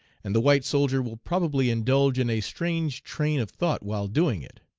and the white soldier will probably indulge in a strange train of thought while doing it.